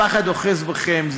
הפחד אוחז בכם.